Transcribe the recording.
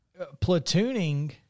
platooning